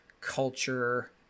culture